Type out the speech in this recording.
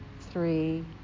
three